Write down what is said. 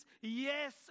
yes